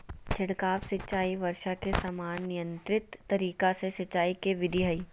छिड़काव सिंचाई वर्षा के समान नियंत्रित तरीका से सिंचाई के विधि हई